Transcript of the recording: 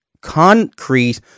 concrete